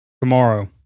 Tomorrow